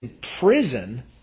prison